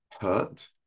hurt